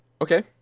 Okay